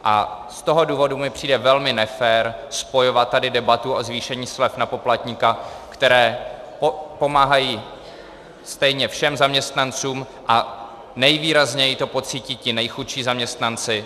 A z toho důvodu mi přijde velmi nefér spojovat tady debatu o zvýšení slev na poplatníka, které pomáhají stejně všem zaměstnancům, a nejvýrazněji to pocítí ti nejchudší zaměstnanci.